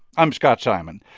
i'm scott simon.